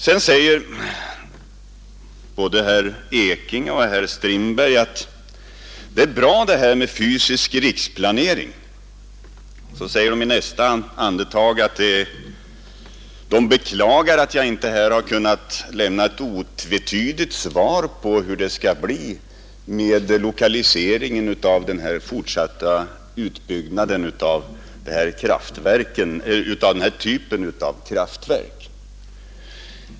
Sedan säger både herr Ekinge och herr Strindberg att det är bra detta med fysisk riksplanering. Men i nästa andetag säger de att de beklagar att jag inte här har kunnat lämna ett otvetydigt svar på hur det skall bli med lokaliseringen av den fortsatta utbyggnaden av denna typ av kraftverk.